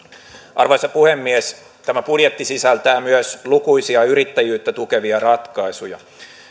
arvoisa puhemies tämä budjetti sisältää myös lukuisia yrittäjyyttä tukevia ratkaisuja